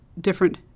different